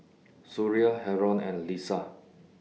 Suria Haron and Lisa